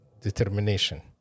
determination